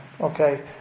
okay